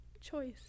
choice